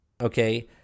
okay